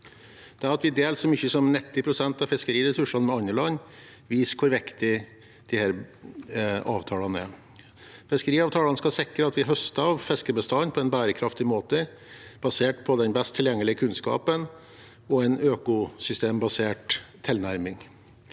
vi deler så mye som 90 pst. av fiskeriressursene med andre land, viser hvor viktige disse avtalene er. Fiskeriavtalene skal sikre at vi høster av fiskebestanden på en bærekraftig måte, basert på den beste tilgjengelige kunnskapen og en økosystembasert tilnærming.